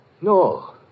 No